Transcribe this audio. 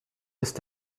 ist